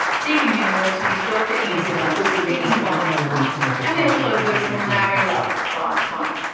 deakin university's dr ian warren, speaking via skype. and we also heard from lauri love via skype.